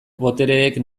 botereek